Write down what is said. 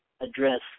address